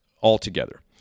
altogether